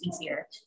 easier